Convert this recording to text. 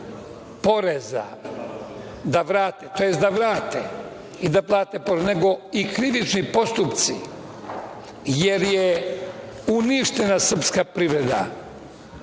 tj. vrate i da plate porez, nego i krivični postupci, jer je uništena srpska privreda.